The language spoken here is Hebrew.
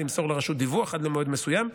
למסור לרשות דיווח עד למועד מסוים,